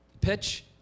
pitch